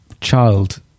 child